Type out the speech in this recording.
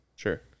Sure